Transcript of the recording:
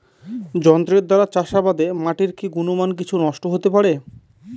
যন্ত্রের দ্বারা চাষাবাদে মাটির কি গুণমান কিছু নষ্ট হতে পারে?